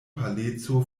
paleco